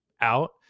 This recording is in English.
out